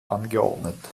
angeordnet